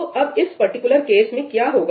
तो अब इस परटिकुलर केस में क्या होगा